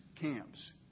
camps